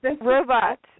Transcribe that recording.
Robots